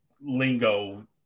lingo